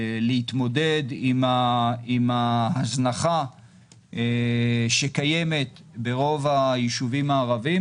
להתמודד עם ההזנחה שקיימת ברוב היישובים הערבים,